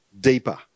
deeper